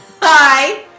Hi